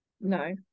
No